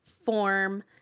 form